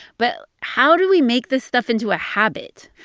but how do we make this stuff into a habit?